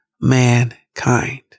mankind